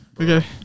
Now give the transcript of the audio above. Okay